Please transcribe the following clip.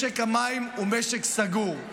משק המים הוא משק סגור.